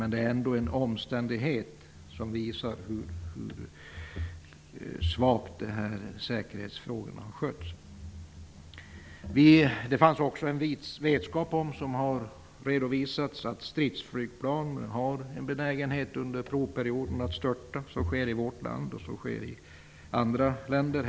Men detta är ändå en omständighet som visar hur illa säkerhetsfrågorna har skötts. Det har också redovisats att det fanns vetskap om att stridsflygplan har en benägenhet att störta under provperioden. Det sker både i vårt land och i andra länder.